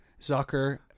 Zucker –